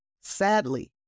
Sadly